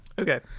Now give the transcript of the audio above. Okay